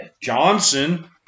Johnson